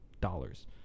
dollars